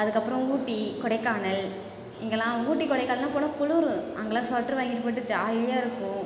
அதுக்கப்புறம் ஊட்டி கொடைக்கானல் இங்கேலாம் ஊட்டி கொடைக்கானல்லாம் போனால் குளுரும் அங்கேலாம் சொட்டரு வாங்கி போட்டு ஜாலியாக இருக்கும்